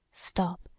Stop